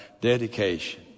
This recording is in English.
dedication